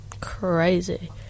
crazy